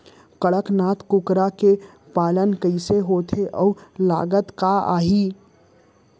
कड़कनाथ कुकरा के पालन कइसे होथे अऊ लागत का आही?